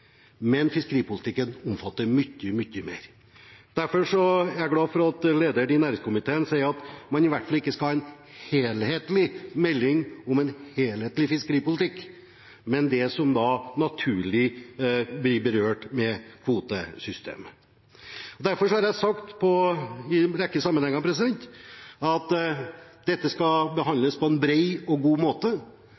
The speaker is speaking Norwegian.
men fiskeripolitikken omfatter mye, mye mer. Derfor er jeg glad for at lederen i næringskomiteen sier at man i hvert fall ikke skal ha en helhetlig melding om en helhetlig fiskeripolitikk, men om det som naturlig blir berørt av kvotesystemet. Derfor har jeg i en rekke sammenhenger sagt at dette skal